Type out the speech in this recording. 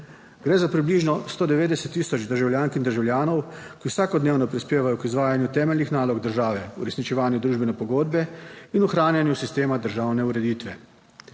Gre za približno 190000 državljank in državljanov, ki vsakodnevno prispevajo k izvajanju temeljnih nalog države, uresničevanju družbene pogodbe in ohranjanju sistema državne ureditve.